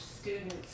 students